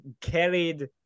carried